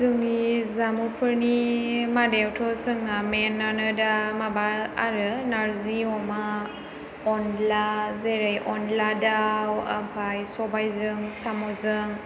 जोंनि जामुंफोरनि मादायावथ' जोंना मेनानो दा माबा आरो नारजि अमा अनला जेरै अनला दाव ओमफ्राय सबायजों साम'जों